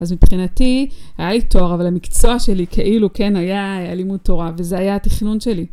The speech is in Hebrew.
אז מבחינתי היה לי תואר אבל המקצוע שלי כאילו כן היה לימוד תורה וזה היה התכנון שלי.